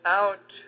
out